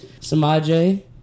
Samaj